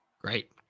Great